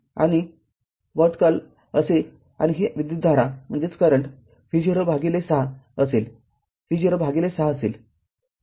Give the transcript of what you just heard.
आणि काय कॉल असेल आणि ही विद्युतधारा V0 भागिले ६ असेल